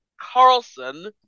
Carlson